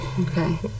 Okay